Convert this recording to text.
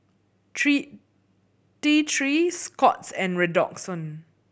three T Three Scott's and Redoxon